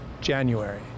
January